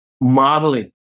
modeling